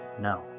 no